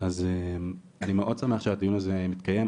אז אני מאוד שמח שהדיון הזה מתקיים,